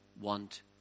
want